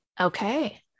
Okay